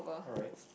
alright